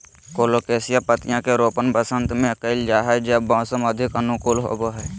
colocasia पत्तियां के रोपण वसंत में कइल जा हइ जब मौसम अधिक अनुकूल होबो हइ